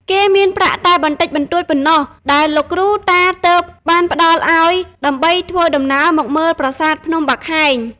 គេមានប្រាក់តែបន្តិចបន្តួចប៉ុណ្ណោះ ដែលលោកគ្រូតាទើបបានផ្តល់ឱ្យដើម្បីធ្វើ ដំណើរមកមើលប្រាសាទភ្នំបាខែង ។